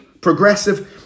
progressive